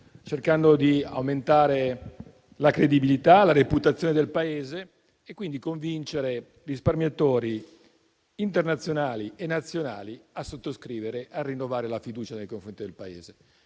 cercando di aumentare la credibilità e la reputazione del Paese e di convincere i risparmiatori internazionali e nazionali a sottoscrivere e a rinnovare la loro fiducia nei confronti del Paese.